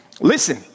listen